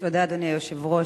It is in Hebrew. אדוני היושב-ראש,